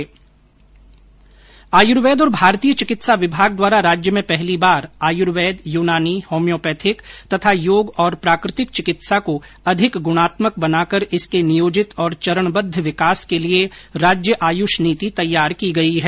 आयुर्वेद और भारतीय चिकित्सा विमाग द्वारा राज्य में पहली बार आयुर्वेद यूनानी होम्योपैथिक तथा योग और प्राकृतिक चिकित्सा को अधिक गुणात्मक बनाकर इसके नियोजित और चरणबद्व विकास के लिए राज्य आयुष नीति तैयार की गई है